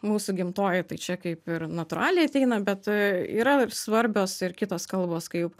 mūsų gimtoji tai čia kaip ir natūraliai ateina bet yra svarbios ir kitos kalbos kaip